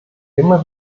immer